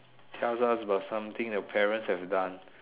tell us about something your parents have done